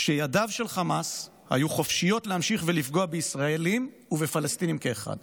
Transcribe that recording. כשידיו של חמאס היו חופשיות להמשיך ולפגוע בישראלים ובפלסטינים כאחד".